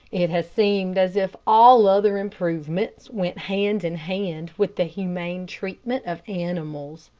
it has seemed as if all other improvements went hand in hand with the humane treatment of animals.